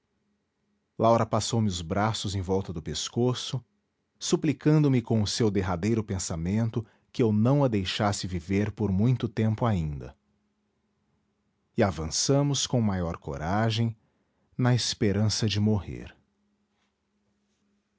laura passou-me os braços em volta do pescoço suplicando me com o seu derradeiro pensamento que eu não a deixasse viver por muito tempo ainda e avançamos com maior coragem na esperança de morrer